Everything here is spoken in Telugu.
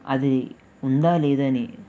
అది ఉందా లేదా అని